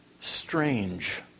strange